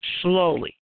slowly